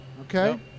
Okay